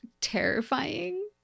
terrifying